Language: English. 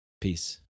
Peace